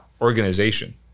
organization